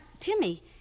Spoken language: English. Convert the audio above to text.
Timmy